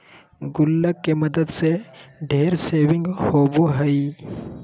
गुल्लक के मदद से ढेर सेविंग होबो हइ